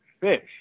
fish